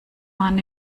mann